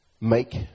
Make